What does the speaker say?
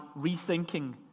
Rethinking